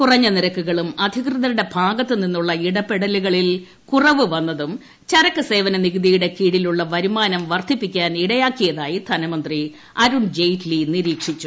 കുറഞ്ഞ നിരക്കുകളും അധികൃതരുടെ ഭാഗത്ത് നിന്നുള്ള ഇടപെടലുകളിൽ കുറവ് വന്നതും ചരക്ക് സേവന നികുതിയുടെ കീഴിലുള്ള വരുമാനം വർദ്ധിപ്പിക്കാൻ ഇടയാക്കിയതായി ധനമന്ത്രി അരുൺ ജെയ്റ്റ്ലി നിരീക്ഷിച്ചു